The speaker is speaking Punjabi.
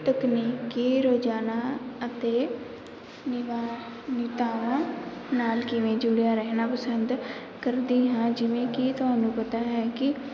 ਤਕਨੀਕੀ ਰੋਜ਼ਾਨਾ ਅਤੇ ਨੀਵਾਂ ਨੀਤਾਵਾਂ ਨਾਲ਼ ਕਿਵੇਂ ਜੁੜਿਆ ਰਹਿਣਾ ਪਸੰਦ ਕਰਦੀ ਹਾਂ ਜਿਵੇਂ ਕਿ ਤੁਹਾਨੂੰ ਪਤਾ ਹੈ ਕਿ